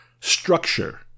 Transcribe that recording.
structure